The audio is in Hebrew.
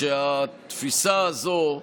שהתפיסה הזו,